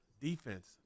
defense